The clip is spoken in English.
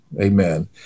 Amen